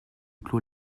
clos